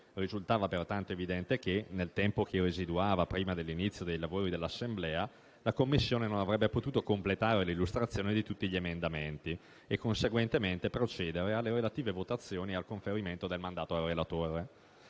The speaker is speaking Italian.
Risultava pertanto evidente che, nel tempo che residuava prima dell'inizio dei lavori dell'Assemblea, la Commissione non avrebbe potuto completare l'illustrazione di tutti gli emendamenti e, conseguentemente, procedere alle relative votazioni e al conferimento del mandato al relatore.